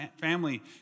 family